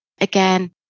Again